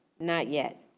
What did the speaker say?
not yet.